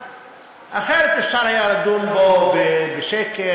אחרת אפשר היה לדון בו בשקט,